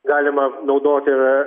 galima naudoti ir